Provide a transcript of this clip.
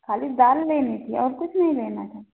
खाली दाल लेनी थी और कुछ नहीं लेना था